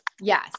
Yes